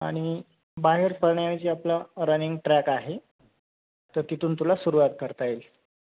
आणि बाहेर पळण्यासाठी आपला रनिंग ट्रॅक आहे त तिथून तुला सुरवात करता येईल